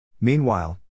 Meanwhile